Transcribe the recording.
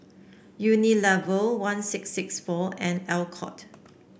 Unilever one six six four and Alcott